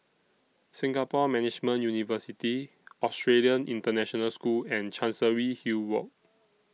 Singapore Management University Australian International School and Chancery Hill Walk